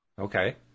Okay